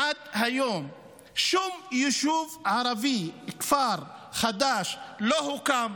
עד היום שום יישוב ערבי, כפר חדש, לא הוקם,